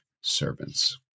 servants